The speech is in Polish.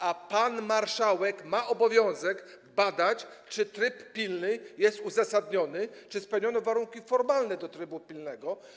A pan marszałek ma obowiązek badać, czy tryb pilny jest uzasadniony, czy spełniono warunki formalne trybu pilnego.